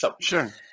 Sure